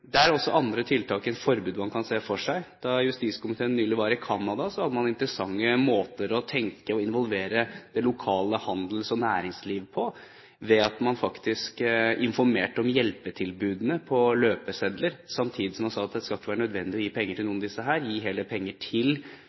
er det også andre tiltak enn forbud man kan se for seg. Da justiskomiteen nylig var i Canada, hadde man interessante måter å tenke og involvere det lokale handels- og næringslivet på ved at man faktisk informerte om hjelpetilbudene på løpesedler samtidig som man sa at det ikke skal være nødvendig å gi penger til noen av disse. Gi heller penger til